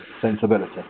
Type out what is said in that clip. sensibility